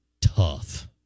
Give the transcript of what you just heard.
tough